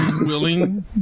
willing